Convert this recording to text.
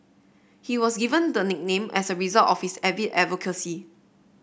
he was given the nickname as a result of his avid advocacy